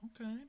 Okay